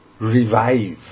revive